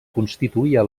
constituïa